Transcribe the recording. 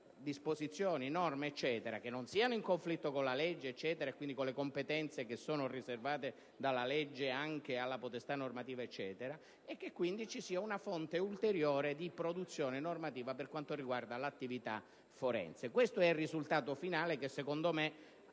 che non siano in conflitto con la legge e quindi con le competenze che sono riservate dalla legge anche alla potestà normativa, e si prevede che vi sia una fonte ulteriore di produzione normativa per quanto riguarda l'attività forense. Questo è il risultato finale che, secondo me,